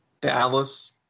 Dallas